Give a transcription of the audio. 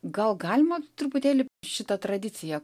gal galima truputėlį šitą tradiciją